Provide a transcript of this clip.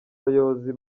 bayobozi